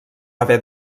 haver